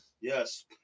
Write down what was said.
Yes